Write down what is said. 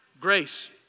grace